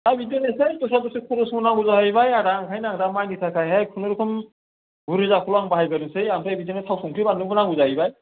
दा बिदिनोसै दस्रा दस्रि खरसबो नांगौ जाहैबाय आदा ओंखायनो आं दा माइनि थाखायहाय खुनुरुखुम गु रोजाखौल' आं बाहायग्रोनोसै ओमफ्राय बिदिनो थाव संख्रि बानलुबो नांगौ जाहैबाय